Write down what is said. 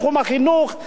והייתי אומר כן.